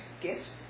gifts